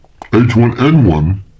H1N1